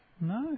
No